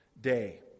day